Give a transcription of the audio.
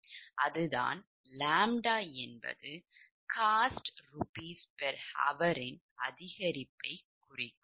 அதுதான் ʎ என்பது COST rupees per hour இன் அதிகரிப்பைக் குறிக்கும்